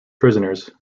prisoners